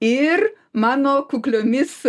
ir mano kukliomis